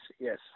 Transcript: yes